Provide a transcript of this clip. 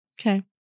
Okay